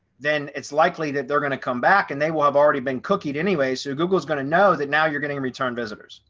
then it's likely that they're going to come back and they will have already been cooking anyway. so google is going to know that now you're getting return visitors.